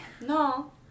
No